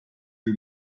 you